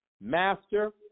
master